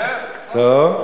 טוב.